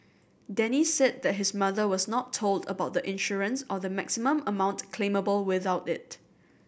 Denny said that his mother was not told about the insurance or the maximum amount claimable without it